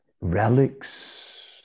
relics